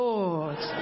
Lord